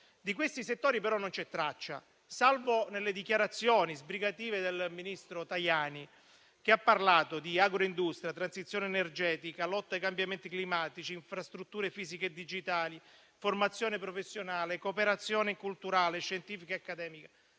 Di questi settori, però, non c'è traccia, salvo nelle dichiarazioni sbrigative del ministro Tajani, che ha parlato di agroindustria, transizione energetica, lotta ai cambiamenti climatici, infrastrutture fisiche e digitali, formazione professionale, cooperazione culturale, scientifica e accademica,